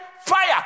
fire